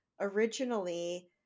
originally